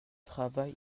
travail